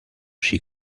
she